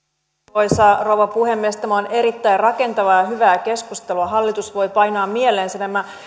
arvoisa rouva puhemies tämä on erittäin rakentavaa ja hyvää keskustelua hallitus voi painaa mieleensä nämä